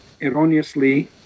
erroneously